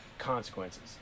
Consequences